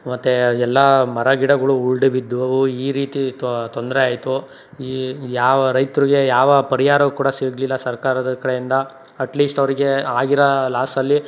ಮತ್ತು ಎಲ್ಲ ಮರಗಿಡಗಳು ಉಲ್ಡಿ ಬಿದ್ದವು ಈ ರೀತಿ ತೊಂದರೆ ಆಯಿತು ಈ ಯಾವ ರೈತರಿಗೆ ಯಾವ ಪರಿಹಾರವು ಕೂಡ ಸಿಗಲಿಲ್ಲ ಸರ್ಕಾರದ ಕಡೆಯಿಂದ ಅಟ್ಲೀಸ್ಟ್ ಅವರಿಗೆ ಆಗಿರೋ ಲಾಸಲ್ಲಿ